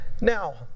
Now